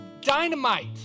Dynamite